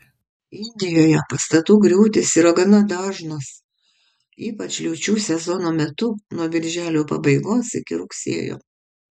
indijoje pastatų griūtys yra gana dažnos ypač liūčių sezono metu nuo birželio pabaigos iki rugsėjo